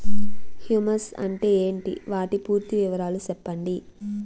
Humus అంటే ఏంటి? వాటి పూర్తి వివరాలు సెప్పండి?